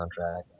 soundtrack